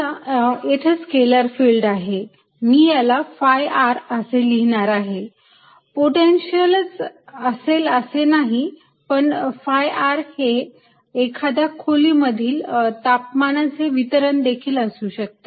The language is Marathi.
समजा येथे स्केलर फिल्ड आहे मी याला phi r असे लिहिणार आहे पोटेन्शियलच असेल असे नाही पण phi r हे एखाद्या खोलीमधील तापमानाचे वितरण देखील असू शकते